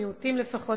המיעוטים לפחות,